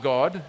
God